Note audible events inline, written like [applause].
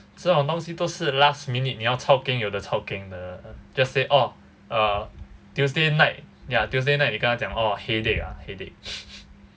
这种东西都是 last minute 你要 chao keng 有的 chao keng 的 just say orh uh tuesday night ya tuesday night 你跟他讲 oh headache ah headache [laughs]